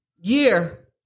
year